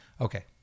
Okay